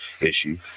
issue